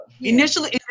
Initially